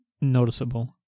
noticeable